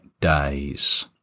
days